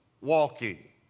walking